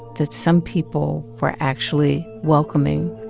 that some people were actually welcoming,